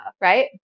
right